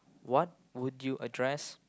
what would you address